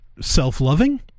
self-loving